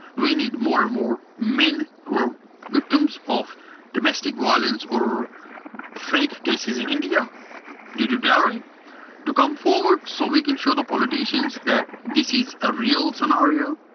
we need more and more men who are victims of domestic violence or fake cases in india due to dowry to come forward so we can show the politicians that this is a real scenario.